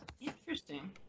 interesting